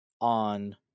on